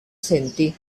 senti